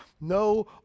no